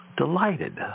delighted